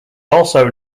also